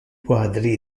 quadri